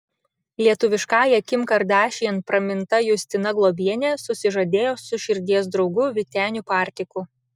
lietuviškąja kim kardašian praminta justina globienė susižadėjo su širdies draugu vyteniu partiku